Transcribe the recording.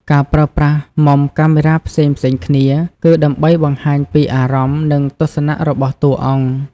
ការប្រើប្រាស់មុំកាមេរ៉ាផ្សេងៗគ្នា គឺដើម្បីបង្ហាញពីអារម្មណ៍ និងទស្សនៈរបស់តួអង្គ។